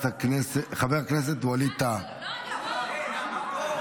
נעמה פה.